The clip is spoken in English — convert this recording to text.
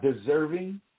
deserving